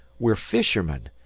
we're fishermen,